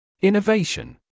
Innovation